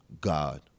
God